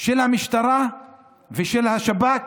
של המשטרה ושל השב"כ,